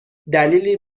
دلیلی